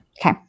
Okay